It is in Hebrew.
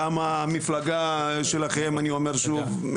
גם המפלגה שלכם אני אומר שוב,